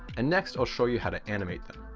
and next i'll show you how to animate them.